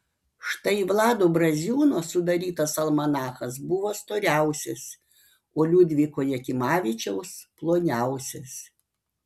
štai vlado braziūno sudarytas almanachas buvo storiausias o liudviko jakimavičiaus ploniausias